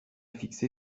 fixé